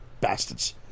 bastards